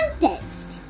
contest